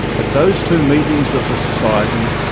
at those two meetings of the society,